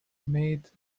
made